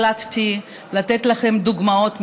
החלטתי לתת לכם דוגמאות מהחיים.